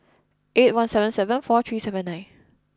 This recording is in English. eight one seven seven four three seven nine